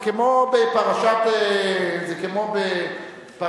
ההסתייגות לחלופין ב' ה-18 של קבוצת